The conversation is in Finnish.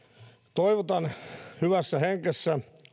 toivotan hyvässä hengessä